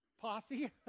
Posse